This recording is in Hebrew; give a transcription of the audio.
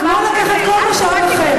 כמו לקחת כל משאב אחר.